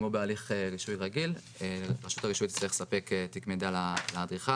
כמו בהליך רישוי רגיל רשות הרישוי תצטרך לספק תיק מידע לאדריכל.